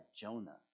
Jonah